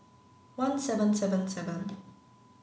one seven seven seven